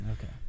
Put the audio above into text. Okay